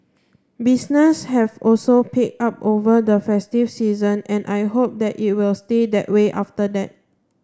business have also picked up over the festive season and I hope that it will stay that way after that